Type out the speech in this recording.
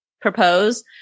propose